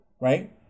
Right